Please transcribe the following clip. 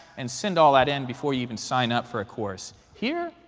and send all that in before you even sign up for a course. here,